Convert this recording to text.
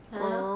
可能